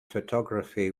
photography